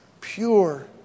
pure